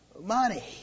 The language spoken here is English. money